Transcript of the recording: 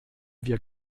wir